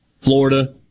Florida